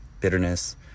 bitterness